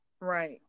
Right